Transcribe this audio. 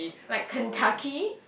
like Kentucky